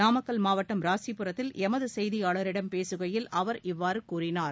நாமக்கல் மாவட்டம் ராசிபுரத்தில் எமது செய்தியாளரிடம் பேசுகையில் அவர் இவ்வாறு கூறினார்